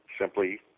simply